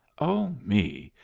oh, me,